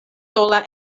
sola